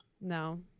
No